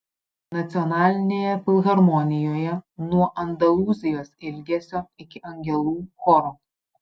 nacionalinėje filharmonijoje nuo andalūzijos ilgesio iki angelų choro